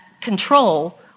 control